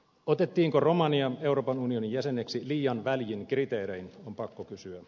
otettiinko romania euroopan unionin jäseneksi liian väljin kriteerein on pakko kysyä